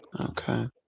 Okay